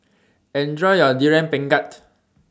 Enjoy your Durian Pengat